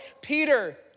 Peter